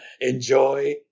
enjoy